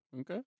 Okay